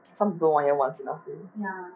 some people one year once enough already